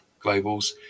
globals